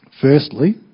Firstly